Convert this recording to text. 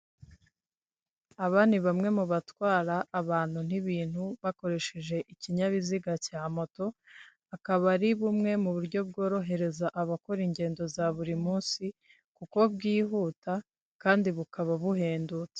Aba ni bamwe mu batwara abantu n'ibintu bakoresheje ikinyabiziga cya moto, akaba ari bumwe mu buryo bworohereza abakora ingendo za buri munsi kuko bwihuta kandi bukaba buhendutse.